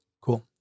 Cool